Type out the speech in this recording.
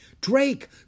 Drake